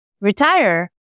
retire